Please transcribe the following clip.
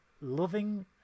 loving